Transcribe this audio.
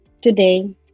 today